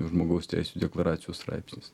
žmogaus teisių deklaracijos straipsnis